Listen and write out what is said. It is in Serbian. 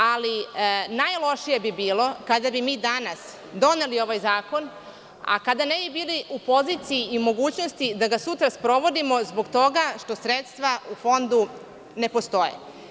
Najlošije bi bilo kada bi mi danas doneli ovaj zakon, a kada ne bi bili u poziciji i mogućnosti da ga sutra sprovodimo zbog toga što sredstva u Fondu ne postoje.